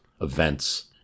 events